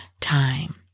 time